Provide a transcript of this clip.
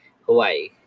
Hawaii